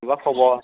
माबा खबर